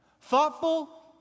Thoughtful